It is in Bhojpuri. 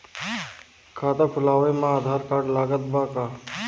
खाता खुलावे म आधार कार्ड लागत बा का?